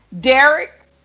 Derek